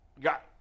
got